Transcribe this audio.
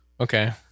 Okay